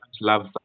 love